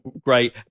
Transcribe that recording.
great